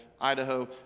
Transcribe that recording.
Idaho